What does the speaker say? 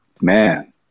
Man